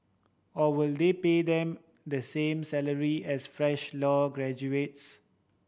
or will they pay them the same salary as fresh law graduates